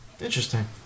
Interesting